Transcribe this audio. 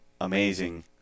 amazing